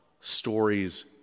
stories